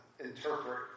Interpret